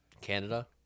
Canada